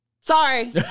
Sorry